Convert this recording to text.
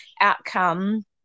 outcome